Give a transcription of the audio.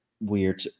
weird